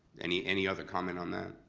any any other comment on that?